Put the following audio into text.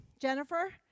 Jennifer